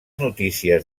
notícies